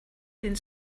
being